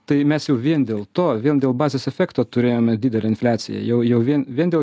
tai mes jau vien dėl to vien dėl bazės efekto turėjome didelę infliaciją jau jau vien vien dėl